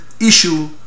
issue